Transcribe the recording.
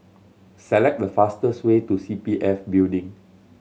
select the fastest way to C P F Building